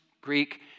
Greek